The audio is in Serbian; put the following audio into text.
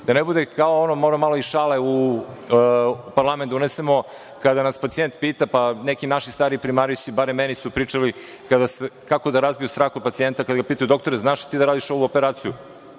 Da ne bude kao ono malo, malo šale u parlament da unesemo, kada nas pacijent pita, pa neki naši stari primarijusi, barem meni su pričali kako da razbiju strah kod pacijenta kada pitaju – doktore, da li znaš da radiš ovu operaciju?